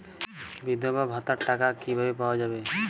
বিধবা ভাতার টাকা কিভাবে পাওয়া যাবে?